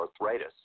arthritis